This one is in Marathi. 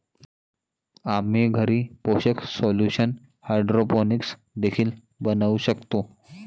आम्ही घरी पोषक सोल्यूशन हायड्रोपोनिक्स देखील बनवू शकतो